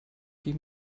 die